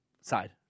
side